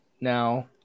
now